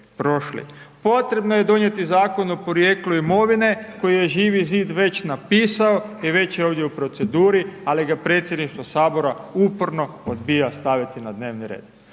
Potrebno je donijeti zakon o porijeklu imovine, koji je Živi zid već napisao i već je ovdje u proceduri, ali ga predsjedništvo Sabora uporno odbija staviti na dnevni red.